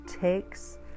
takes